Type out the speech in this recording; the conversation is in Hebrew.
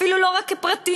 אפילו לא רק כפרטים,